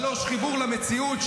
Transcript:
3. חיבור למציאות,